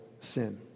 sin